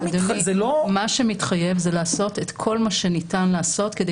מה שמתחייב זה לעשות את כל מה שניתן לעשות כדי